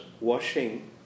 washing